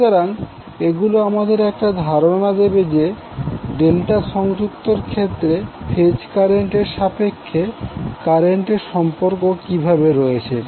সুতরাং এগুলি আমাদের একটা ধারনা দেবে যে ডেল্টা সংযুক্ত এর ক্ষেত্রে ফেজ কারেন্ট এর সাপেক্ষে কারেন্টের সম্পর্ক কিভাবে রয়েছে